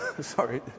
sorry